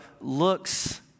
looks